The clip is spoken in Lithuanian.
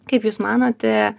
kaip jūs manote